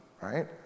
right